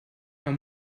man